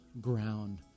ground